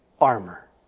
armor